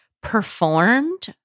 performed